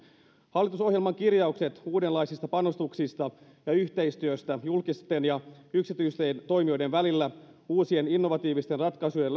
hallitusohjelman kirjaukset uudenlaisista panostuksista ja yhteistyöstä julkisten ja yksityisten toimijoiden välillä uusien innovatiivisten ratkaisujen